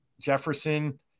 Jefferson